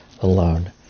alone